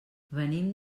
venim